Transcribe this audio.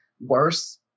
worse